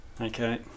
Okay